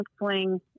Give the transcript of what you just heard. counseling